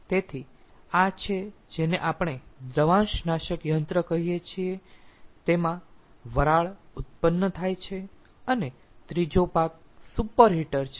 તેથી આ છે જેને આપણે દ્રવાંશનાશક યંત્ર કહી શકીએ છીએ તેમાં વરાળ ઉત્પન્ન થાય છે અને ત્રીજો ભાગ સુપર હીટર છે